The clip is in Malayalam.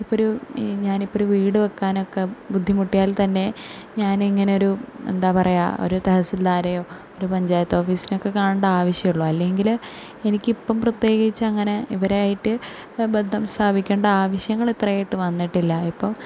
ഇപ്പം ഒരു ഞാനിപ്പം ഒരു വീട് വയ്ക്കാനൊക്കെ ബുദ്ധിമുട്ടിയാൽ തന്നെ ഞാൻ എങ്ങനെ ഒരു എന്താണ് പറയുക ഒരു തഹസിദാരെയൊ ഒരു പഞ്ചായത്ത് ഓഫീസിനെയൊക്കെ കാണണ്ട ആവശ്യമേയുള്ളു അല്ലെങ്കിൽ എനിക്കിപ്പം പ്രത്യേകിച്ച് അങ്ങനെ ഇവരായിട്ട് ബന്ധം സ്ഥാപിക്കേണ്ട ആവിശ്യങ്ങൾ ഇത്രയായിട്ടും വന്നിട്ടില്ല ഇപ്പം